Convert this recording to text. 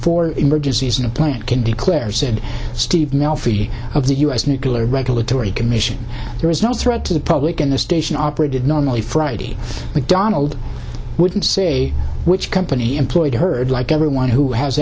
for emergencies in a plant can be clear said steve melfi of the u s nuclear regulatory commission there is no threat to the public and the station operated normally friday mcdonald wouldn't say which company employed heard like everyone who has